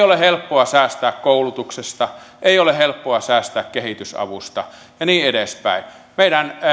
ole helppoa säästää koulutuksesta ei ole helppoa säästää kehitysavusta ja niin edespäin meidän